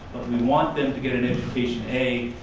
we want them to get an education, a,